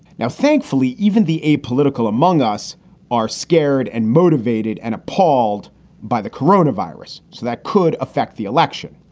now, thankfully, even the apolitical among us are scared and motivated and appalled by the coronavirus. so that could affect the election.